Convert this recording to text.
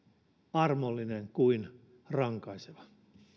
armollinen kuin rankaiseva